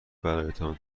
برایتان